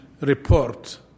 report